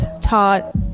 taught